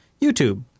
YouTube